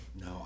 No